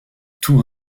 tour